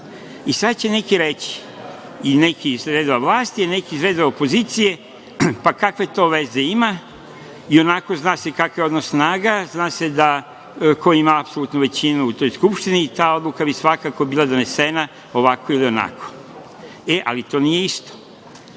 će neki reći, iz redova vlasti i iz redova opozicije, pa kakve to veze ima i onako se zna kakav je odnos snaga, zna se ko ima apsolutnu većinu u Skupštini i ta odluka bi svakako bila donesena ovako ili onako. To nije isto.